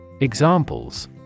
Examples